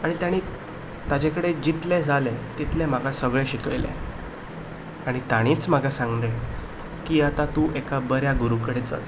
आनी तांणी ताजे कडेन जितलें जालें तितलें म्हाका शिकयलें आनी तांणीच म्हाका सांगलें की आतां तूं एका बऱ्या गुरू कडेन चल